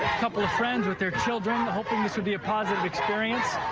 couple of friends with their children, hoping this would be a positive experience,